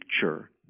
picture